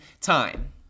time